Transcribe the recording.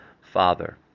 Father